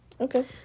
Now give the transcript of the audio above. Okay